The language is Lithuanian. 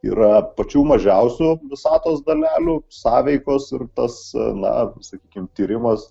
yra pačių mažiausių visatos dalelių sąveikos ir tas na sakykim tyrimas